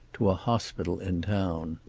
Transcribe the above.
to a hospital in town.